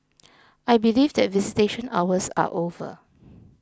I believe that visitation hours are over